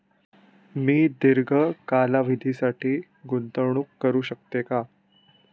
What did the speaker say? मी दीर्घ कालावधीसाठी गुंतवणूक करू शकते का?